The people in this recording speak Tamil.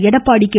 எடப்பாடி கே